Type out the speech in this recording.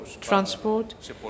transport